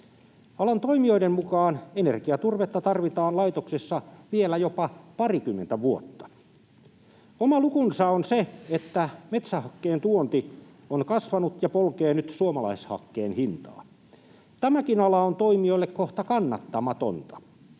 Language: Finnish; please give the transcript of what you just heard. Alan toimijoiden mukaan energiaturvetta tarvitaan laitoksissa vielä jopa parikymmentä vuotta. Oma lukunsa on se, että metsähakkeen tuonti on kasvanut ja polkee nyt suomalaishakkeen hintaa. Tämäkin ala on toimijoille kohta kannattamaton.